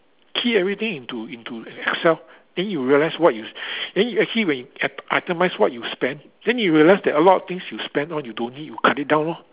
key everything into into Excel then you realise what you then you actually when you optimise what you spent then you realise that a lot of things you spent on you don't need youcut it down lor